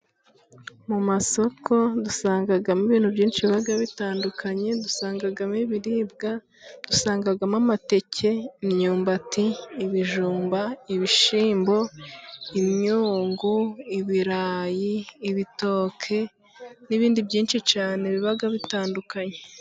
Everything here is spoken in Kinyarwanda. Mu masoko dusangamo ibintu byinshi biba bitandukanye dusangamo ibiribwa, dusangamo amateke, imyumbati ,ibijumba, ibishyimbo, imyungu, ibirayi, ibitoke n'ibindi byinshi cyane biba bitandukanye.